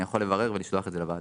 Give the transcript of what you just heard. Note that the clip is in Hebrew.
אני יכול לברר ולשלוח לוועדה.